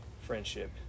friendship